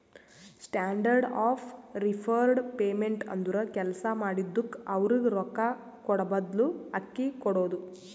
standard of deferred payment ಅಂದುರ್ ಕೆಲ್ಸಾ ಮಾಡಿದುಕ್ಕ ಅವ್ರಗ್ ರೊಕ್ಕಾ ಕೂಡಾಬದ್ಲು ಅಕ್ಕಿ ಕೊಡೋದು